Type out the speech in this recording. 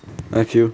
like jail